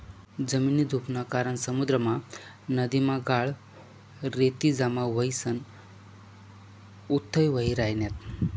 जमीननी धुपनी कारण समुद्रमा, नदीमा गाळ, रेती जमा व्हयीसन उथ्थय व्हयी रायन्यात